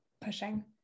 pushing